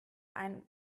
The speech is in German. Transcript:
eine